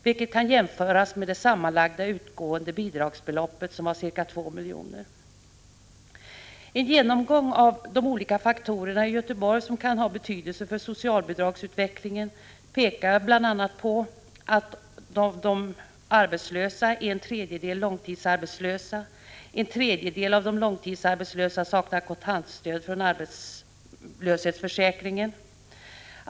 vilket kan jämföras med det sammanlagda utgående bidragsbeloppet, som var ca 2 miljoner. I en genomgång av de olika faktorer som kan ha betydelse för socialbidragsutvecklingen i Göteborg pekar man bl.a. på att av de arbetslösa är .en tredjedel långtidsarbetslösa. En tredjedel av de långtidsarbetslösa saknar kontantstöd från arbetslöshetsförsäkringen.